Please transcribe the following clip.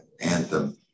Anthem